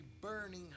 burning